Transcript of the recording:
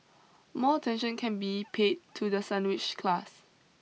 more attention can be paid to the sandwiched class